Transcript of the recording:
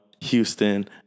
Houston